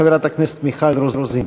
חברת הכנסת מיכל רוזין.